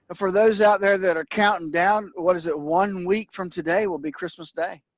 but for those out there that are counting down, what is it one week from today will be christmas day?